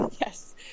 Yes